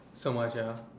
so much ah